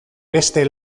beste